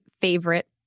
favorite